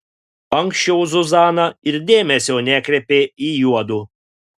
anksčiau zuzana ir dėmesio nekreipė į juodu